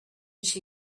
she